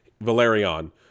Valerian